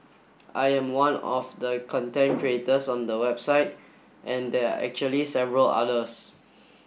I am one of the content creators on the website and they are actually several others